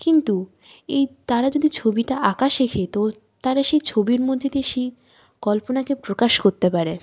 কিন্তু এই তারা যদি ছবিটা আঁকা শেখে তো তারা সেই ছবির মধ্যে দিয়ে সেই কল্পনাকে প্রকাশ করতে পারে